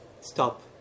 Stop